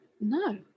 no